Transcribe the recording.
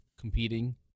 competing